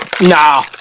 Nah